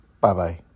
Bye-bye